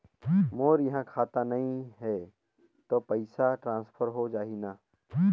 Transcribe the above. मोर इहां खाता नहीं है तो पइसा ट्रांसफर हो जाही न?